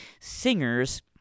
singers